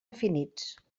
definits